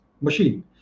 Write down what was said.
machine